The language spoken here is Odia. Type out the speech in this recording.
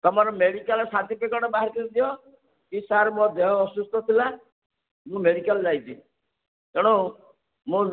ତୁମର ମେଡ଼ିକାଲ୍ ସାଟିଫିକେଟ୍ ବାହାର କରିକି ଦିଅ କି ସାର୍ ମୋ ଦେହ ଅସୁସ୍ଥ ଥିଲା ମୁଁ ମେଡ଼ିକାଲ୍ ଯାଇଛି ତେଣୁ ମୋ